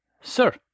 Sir